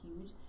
huge